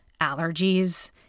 allergies